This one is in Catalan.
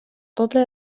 poble